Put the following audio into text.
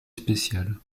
spécial